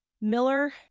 Miller